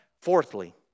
Fourthly